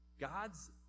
god's